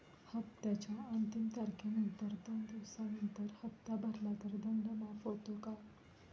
हप्त्याच्या अंतिम तारखेनंतर दोन दिवसानंतर हप्ता भरला तर दंड माफ होतो का?